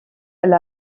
elle